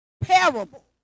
parable